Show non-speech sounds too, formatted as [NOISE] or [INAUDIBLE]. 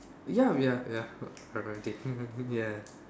ya we are ya already [LAUGHS] ya